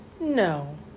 No